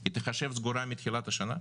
היא תיחשב סגורה מתחילת השנה?